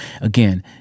again